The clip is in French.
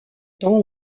temps